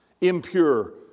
impure